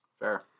Fair